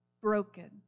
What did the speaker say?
broken